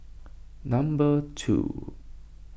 number two